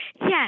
Yes